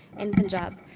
in punjab.